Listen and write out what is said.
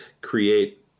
create